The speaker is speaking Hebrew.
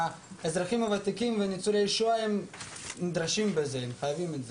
האזרחים הוותיקים וניצולי השואה חייבים את זה.